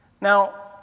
Now